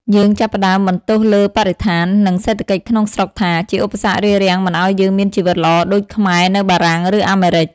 យើងចាប់ផ្តើមបន្ទោសលើបរិស្ថាន និងសេដ្ឋកិច្ចក្នុងស្រុកថា ជាឧបសគ្គរារាំងមិនឱ្យយើងមានជីវិតល្អដូចខ្មែរនៅបារាំង ឬអាមេរិក។